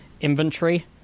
Inventory